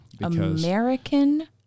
American